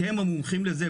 כי הם המומחים לזה,